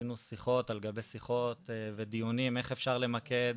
עשינו שיחות על גבי שיחות ודיונים איך אפשר למקד,